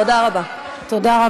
תודה רבה.